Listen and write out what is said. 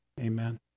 Amen